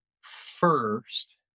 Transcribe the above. first